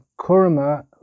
Kurma